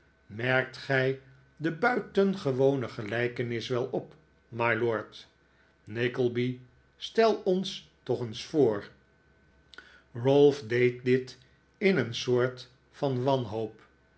merkt gij de buitengewone gelijkenis wel op mylord nickleby stel ons toch eens voor ralph deed dit in een soort van wanhoop